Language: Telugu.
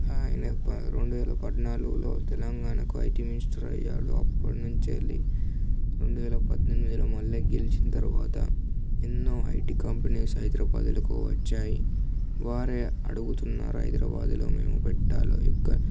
ఆయన ప రెండువేల పద్నాలుగులో తెలంగాణకు ఐటి మినిస్టర్ అయ్యాడు అప్పటి నుంచి వెళ్లి రెండువేల పద్దెనిమిదిలో మళ్లీ గెలిచిన తర్వాత ఎన్నో ఐటీ కంపెనీస్ హైదరాబాదులోకి వచ్చాయి వారే అడుగుతున్నారా హైదరాబాదులో మేము పెట్టాలో ఇక్కడ